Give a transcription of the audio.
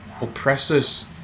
oppressors